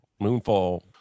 Moonfall